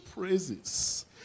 praises